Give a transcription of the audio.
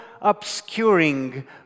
obscuring